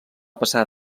passar